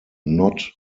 not